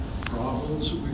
problems